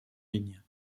ligne